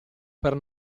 per